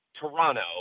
Toronto